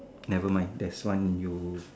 never mind there's one you